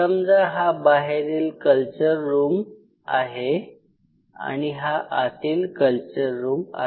समजा हा बाहेरील कल्चर रूम आहे आणि हा आतील कल्चर रूम आहे